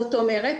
זאת אומרת,